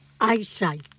eyesight